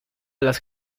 las